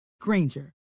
Granger